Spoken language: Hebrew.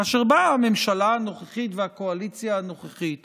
כאשר באות הממשלה הנוכחית והקואליציה הנוכחית